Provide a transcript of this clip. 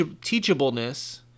teachableness